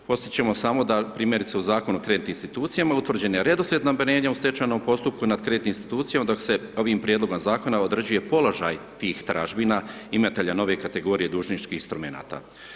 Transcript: Podsjećamo samo da primjerice u Zakonu o kreditnim institucijama, utvrđen je redoslijed namirenja u stečajnom postupku nad kreditnom institucijom, dok se ovim prijedlogom Zakona određuje položaj tih tražbina imatelja nove kategorije dužničkih instrumenata.